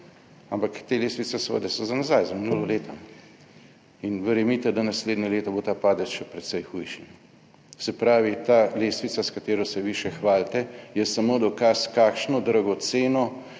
ampak te lestvice seveda so za nazaj, za minulo leto in verjemite, da naslednje leto bo ta padec še precej hujši. Se pravi, ta lestvica, s katero se vi še hvalite, je samo dokaz, kakšno dragoceno